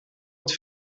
het